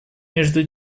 между